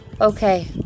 okay